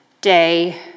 day